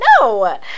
No